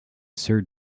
sir